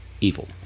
evil